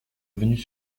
revenus